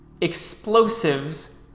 explosives